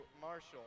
Marshall